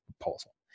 proposal